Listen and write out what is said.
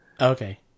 Okay